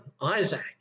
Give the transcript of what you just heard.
Isaac